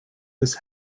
this